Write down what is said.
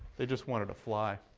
they just wanted to fly.